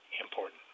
important